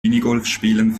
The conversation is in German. minigolfspielen